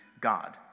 God